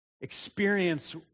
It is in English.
experience